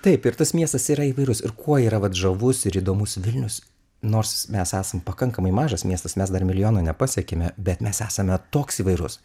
taip ir tas miestas yra įvairus ir kuo yra vat žavus ir įdomus vilnius nors mes esam pakankamai mažas miestas mes dar milijono nepasiekėme bet mes esame toks įvairus